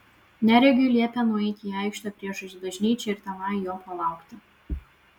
neregiui liepė nueiti į aikštę priešais bažnyčią ir tenai jo palaukti